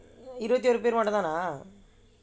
இருபத்து ஒன்னு பேர் மட்டுமா:irupathu onnu per mattumaa